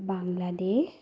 Bangladesh